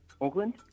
Oakland